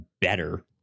better